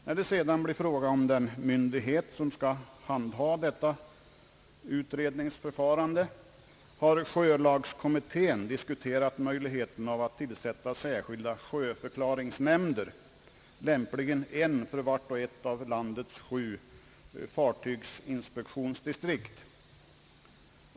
När det sedan blir fråga om den myndighet som skall handha detta utredningsförfarande, har sjölagskommittén diskuterat möjligheten att tillsätta sjöförklaringsnämnder, lämpligen en för vart och ett av landet sju fartygsinspektionsdistrikt.